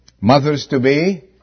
mothers-to-be